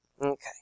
Okay